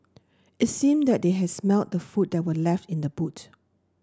it seemed that they had smelt the food that were left in the boot